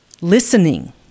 listening